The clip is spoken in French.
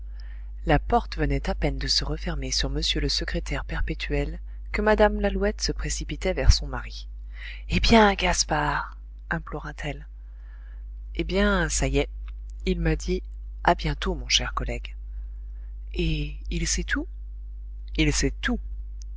la porte venait à peine de se refermer sur m le secrétaire perpétuel que mme lalouette se précipitait vers son mari eh bien gaspard implora t elle eh bien ça y est il m'a dit a bientôt mon cher collègue et il sait tout il sait tout